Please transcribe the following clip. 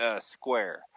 square